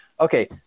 okay